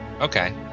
Okay